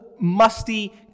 musty